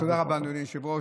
תודה רבה, אדוני היושב-ראש.